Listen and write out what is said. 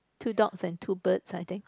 two dogs and two birds I think